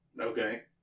Okay